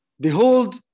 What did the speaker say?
Behold